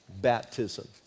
baptism